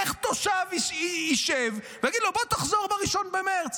איך תושב ישב ותגיד לו: בוא, תחזור ב-1 במרץ?